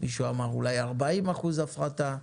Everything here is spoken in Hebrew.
מישהו אמר אולי 40 אחוזים הפרטה.